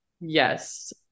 yes